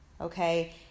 okay